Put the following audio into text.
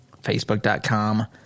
Facebook.com